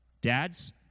Dads